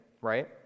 right